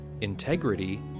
integrity